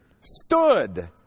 stood